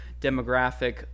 demographic